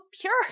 pure